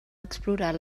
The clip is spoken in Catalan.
explorar